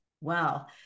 Wow